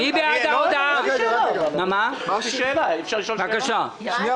יש לי שאלה: אפשר להבין